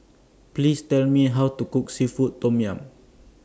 Please Tell Me How to Cook Seafood Tom Yum